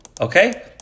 okay